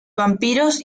vampiros